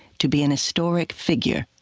to be an historic figure.